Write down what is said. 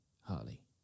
Harley